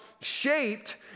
shaped